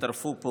הצטרפו פה,